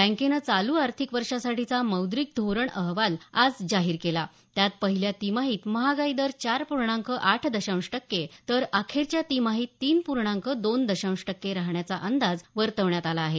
बँकेनं चालू आर्थिक वर्षासाठीचा मौद्रीक धोरण अहवाल आज जाहीर केला त्यात पहिल्या तिमाहीत महागाई दर चार पूर्णांक आठ दशांश टक्के तर अखेरच्या तिमाहीत तीन पूर्णांक दोन दशांश टक्के राहण्याचा अंदाज वर्तवण्यात आला आहे